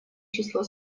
число